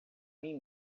mim